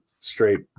straight